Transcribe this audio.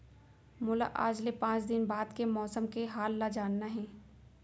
मोला आज ले पाँच दिन बाद के मौसम के हाल ल जानना हे?